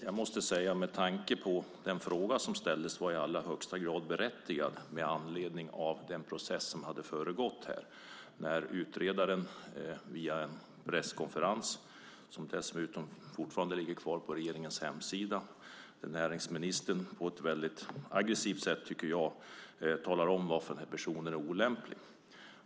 Jag måste säga att den fråga som ställdes var i allra högsta grad berättigad med tanke på den process som hade föregått den med en utredare och en presskonferens, som dessutom fortfarande ligger kvar på regeringens hemsida, där näringsministern på ett väldigt aggressivt sätt, tycker jag, talar om varför den här utredaren är olämplig.